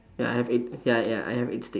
ya I have eight ya ya I have eight stick